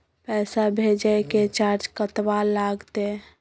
पैसा भेजय के चार्ज कतबा लागते?